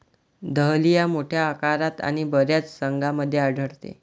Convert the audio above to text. dahlia मोठ्या आकारात आणि बर्याच रंगांमध्ये आढळते